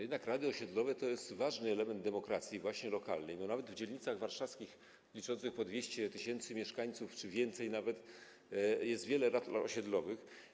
Jednak rady osiedlowe to jest ważny element demokracji lokalnej, bo nawet w dzielnicach warszawskich liczących po 200 tys. mieszkańców czy więcej jest wiele rad osiedlowych.